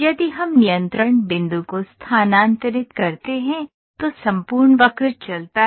यदि हम नियंत्रण बिंदु को स्थानांतरित करते हैं तो संपूर्ण वक्र चलता है